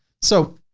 so,